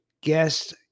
guest